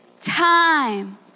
time